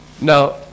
Now